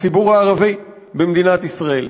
הציבור הערבי במדינת ישראל.